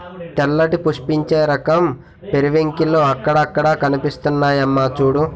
తెల్లటి పుష్పించే రకం పెరివింకిల్లు అక్కడక్కడా కనిపిస్తున్నాయమ్మా చూడూ